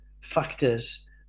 factors